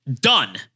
Done